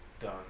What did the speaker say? Done